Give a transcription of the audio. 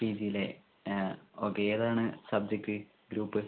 P G ഇല്ലേ ആ okay ഏതാണ് സബ്ജക്റ്റ് ഗ്രൂപ്പ്